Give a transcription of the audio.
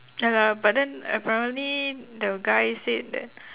ya lah but then apparently the guy said that